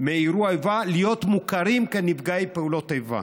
מאירוע איבה להיות מוכרים כנפגעי פעולות איבה.